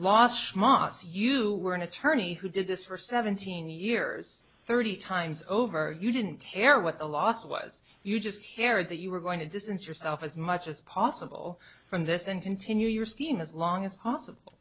last muss you were an attorney who did this for seventeen years thirty times over you didn't care what the loss was you just care that you were going to distance yourself as much as possible from this and continue your scene as long as possible